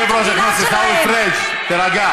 סגן יושב-ראש הכנסת עיסאווי פריג', תירגע.